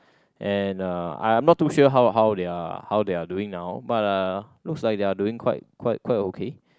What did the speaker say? and uh I'm not too sure how how they're how they're doing now but uh looks like they are doing quite quite quite okay